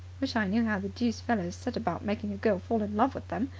wish i knew how the deuce fellows set about making a girl fall in love with them.